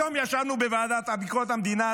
היום ישבנו בוועדה לענייני ביקורת המדינה,